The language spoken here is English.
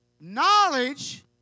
Knowledge